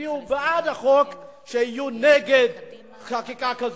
שהצביעו בעד החוק, שיהיו נגד חקיקה כזאת.